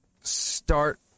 start